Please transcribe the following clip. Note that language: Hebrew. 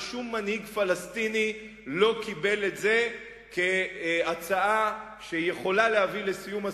ושום מנהיג פלסטיני לא קיבל את זה כהצעה שיכולה להביא לסיום הסכסוך,